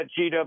GW